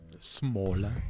Smaller